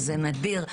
וזה נדיר,